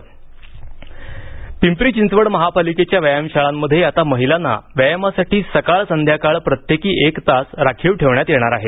पिंपरी व्यायामशाळा पिंपरी चिंचवड महापालिकेच्या व्यायामशाळांमध्ये आता महिलांना व्यायामासाठी सकाळ संध्याकाळ प्रत्येकी एक तास राखीव ठेवण्यात येणार आहे